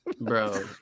bro